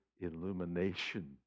illumination